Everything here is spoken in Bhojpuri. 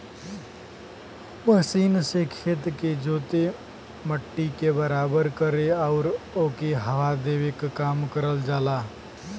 मशीन से खेत के जोते, मट्टी के बराबर करे आउर ओके हवा देवे क काम करल जाला